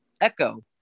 echo